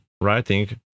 writing